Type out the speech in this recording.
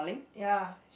ya